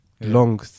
long